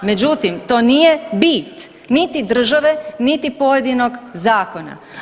Međutim, to nije bit niti države, niti pojedinog zakona.